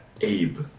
Abe